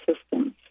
systems